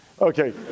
Okay